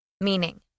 Meaning